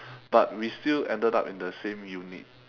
but we still ended up in the same unit